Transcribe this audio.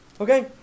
Okay